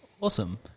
Awesome